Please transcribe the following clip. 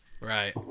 Right